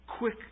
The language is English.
Quick